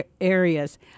areas